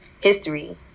history